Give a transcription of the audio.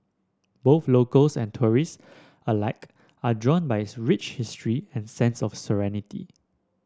both locals and tourist alike are drawn by its rich history and sense of serenity